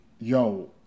yo